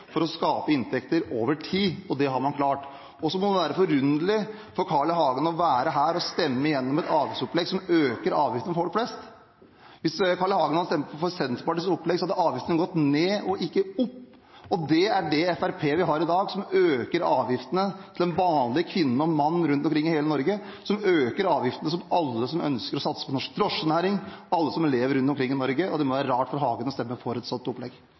for å skape inntekter over tid, og det har man klart. Det må være forunderlig for Carl I. Hagen å være her og stemme gjennom et avgiftsopplegg som øker avgiftene for folk flest. Hvis Carl I. Hagen hadde stemt for Senterpartiets opplegg, hadde avgiftene gått ned, ikke opp. Det er det Fremskrittspartiet vi har i dag – de øker avgiftene for den vanlige kvinne og mann rundt omkring i hele Norge, øker avgiftene for alle som ønsker å satse på norsk drosjenæring, for alle som lever rundt omkring i Norge. Det må være rart for Carl I. Hagen å stemme for et slikt opplegg.